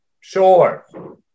Sure